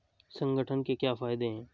संगठन के क्या फायदें हैं?